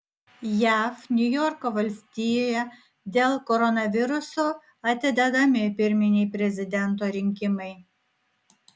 jav niujorko valstijoje dėl koronaviruso atidedami pirminiai prezidento rinkimai